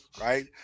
right